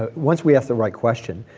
ah once we ask the right question,